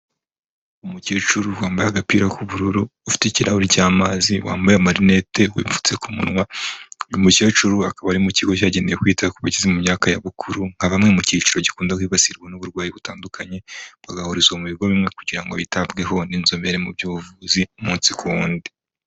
Umukecuru wambaye agapira k'ubururu ufite ikirahuri cy'amazi wambaye amarineti wipfutse ku munwa, uyu mukecuru akaba ari mu kigo cyagenewe kwita kubageze mu myaka ya bukuru nka bamwe mu cyiciro gikunda kwibasirwa n'uburwayi butandukanye bagahurizwa mu bigo bimwe kugira ngo bitabweho n'inzobere mu by'ubuvuzi umunsi ku wundi.